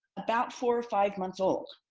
about four or five months old?